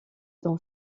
dans